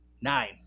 nine